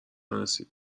مرسی